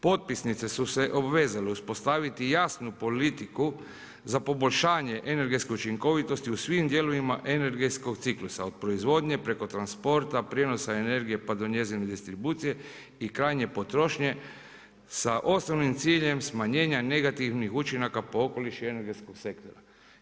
Potpisnice su se obvezale uspostaviti jasnu politiku za poboljšanje energetske učinkovitosti u svim dijelovima energetskog ciklusa, od proizvodnje preko transporta, prijenosa energije, pa do njezine distribucije i krajnje potrošnje, sa osnovnim ciljem smanjenja negativnih učinaka po okoliš i energetskog sektora.